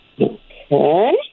Okay